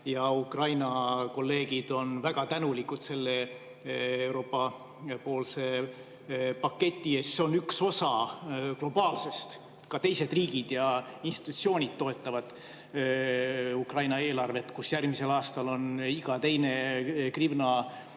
Ukraina kolleegid on väga tänulikud selle Euroopa paketi eest. See on üks osa globaalsest [toetusest], ka teised riigid ja institutsioonid toetavad Ukraina eelarvet, kust järgmisel aastal on iga teine grivna